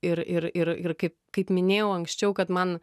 ir ir ir ir kaip kaip minėjau anksčiau kad man